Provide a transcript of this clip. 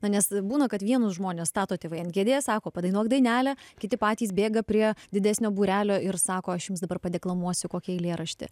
na nes būna kad vienus žmones stato tėvai ant kėdės sako padainuok dainelę kiti patys bėga prie didesnio būrelio ir sako aš jums dabar padeklamuosiu kokį eilėraštį